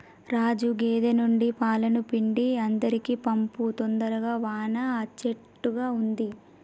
రాజు గేదె నుండి పాలను పిండి అందరికీ పంపు తొందరగా వాన అచ్చేట్టుగా ఉంది